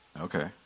Okay